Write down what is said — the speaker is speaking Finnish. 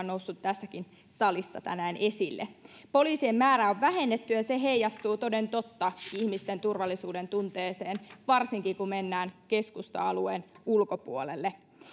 noussut tässäkin salissa tänään esille poliisien määrää on vähennetty ja se heijastuu toden totta ihmisten turvallisuudentunteeseen varsinkin kun mennään keskusta alueen ulkopuolelle